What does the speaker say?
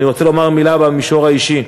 אני רוצה לומר מילה במישור האישי: